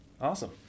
Awesome